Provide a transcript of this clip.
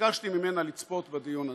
ביקשתי ממנה לצפות בדיון הזה.